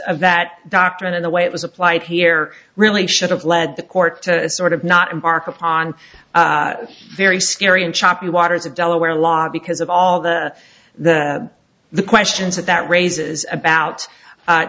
of that doctrine and the way it was applied here really should have led the court to sort of not embark upon this very scary and choppy waters of delaware law because of all the the the questions that raises about